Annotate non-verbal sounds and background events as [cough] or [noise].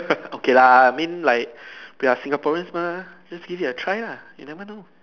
[laughs] okay lah I mean like we are Singaporeans mah just give it a try lah you never know